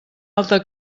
alta